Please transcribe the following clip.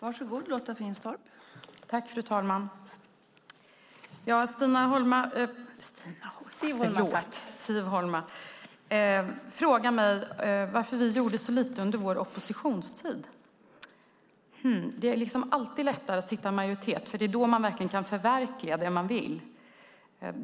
Fru talman! Siv Holma frågar mig varför vi gjorde så lite under vår oppositionstid. Det är alltid lättare att sitta i majoritet, för det är då man verkligen kan förverkliga det man vill.